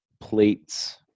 plates